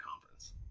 conference